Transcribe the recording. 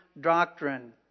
doctrine